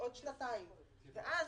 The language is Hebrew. -- אני אבהיר,